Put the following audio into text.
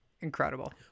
Incredible